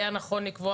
היה נכון לקבוע